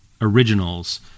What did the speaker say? originals